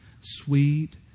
sweet